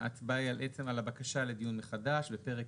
ההצבעה היא על עצם הבקשה לדיון מחדש בפרק